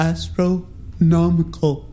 Astronomical